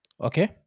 Okay